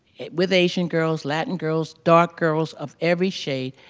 with asian girls, latin girls, dark girls of every shade.